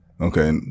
Okay